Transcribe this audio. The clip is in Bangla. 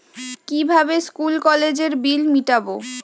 কিভাবে স্কুল কলেজের বিল মিটাব?